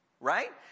right